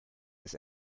his